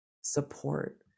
support